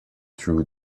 through